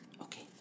okay